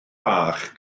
bach